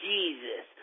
Jesus